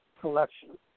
collection